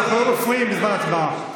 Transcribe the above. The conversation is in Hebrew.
אנחנו לא מפריעים בזמן ההצבעה.